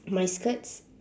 my skirt's